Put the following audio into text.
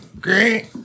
great